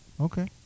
Okay